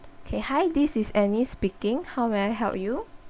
okay hi this is anni speaking how may I help you